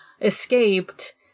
escaped